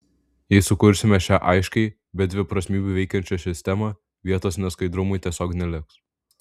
jei sukursime šią aiškiai be dviprasmybių veikiančią sistemą vietos neskaidrumui tiesiog neliks